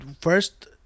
First